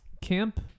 camp